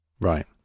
Right